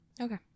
Okay